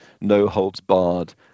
no-holds-barred